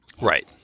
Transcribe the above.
Right